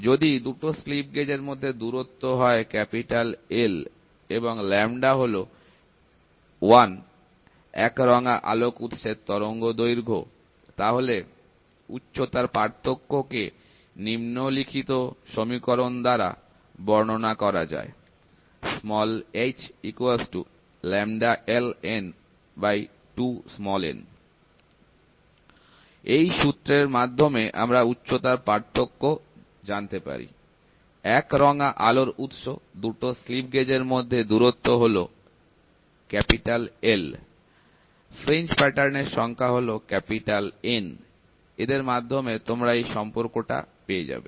যদি দুটো slip gauge এর মধ্যে দূরত্ব হয় L এবং হল 1 একরঙা আলোক উৎসের তরঙ্গদৈর্ঘ্য তাহলে উচ্চতার পার্থক্য কে নিম্নলিখিত সমীকরণ দ্বারা বর্ণনা করা যায় h λLN2l এই সূত্রের মাধ্যমে আমরা উচ্চতার পার্থক্য জানতে পারি একরঙা আলোর উৎস দুটো স্লিপ গেজ এর মধ্যে দূরত্ব হলো L ফ্রিঞ্জ প্যাটার্নের সংখ্যা হল N এদের মাধ্যমে তোমরা এই সম্পর্কটা পেয়ে যাবে